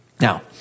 Now